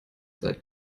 seit